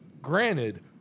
granted